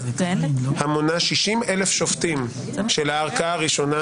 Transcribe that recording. המונה 60,000 שופטים של הערכאה הראשונה